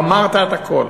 אמרת את הכול.